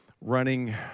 running